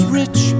rich